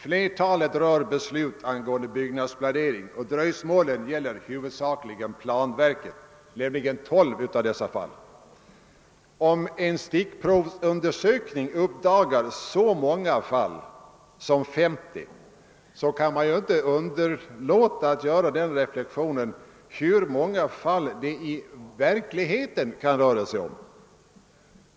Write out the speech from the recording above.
Flertalet rör beslut angående byggnadsplanering, och dröjsmålen gäller huvudsakligen planverket, nämligen tolv av fallen. Om en stickprovsundersökning uppdagar så många fall som 50 kan man inte underlåta att reflektera över hur många fall det i verkligheten kan vara fråga om.